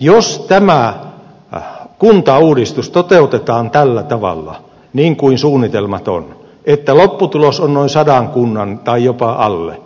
jos tämä kuntauudistus toteutetaan tällä tavalla niin kuin suunnitelmat ovat että lopputulos on noin sata kuntaa tai jopa alle